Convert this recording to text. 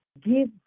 give